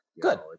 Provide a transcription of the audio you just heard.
good